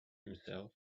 himself